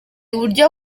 uburyo